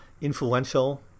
influential